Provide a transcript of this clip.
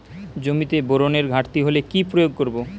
জমিতে বোরনের ঘাটতি হলে কি প্রয়োগ করব?